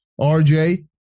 RJ